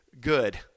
good